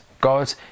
God